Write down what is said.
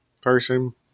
person